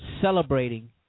celebrating